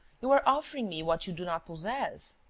you are offering me what you do not possess.